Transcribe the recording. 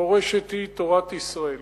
המורשת היא תורת ישראל.